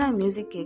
music